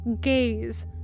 gaze